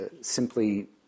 simply